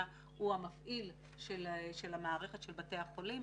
הוא המפעיל של המערכת של בתי החולים,